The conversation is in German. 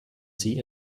sie